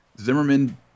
Zimmerman